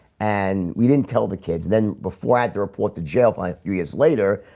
and we didn't tell the kids then before i had to report to jail fine a few years later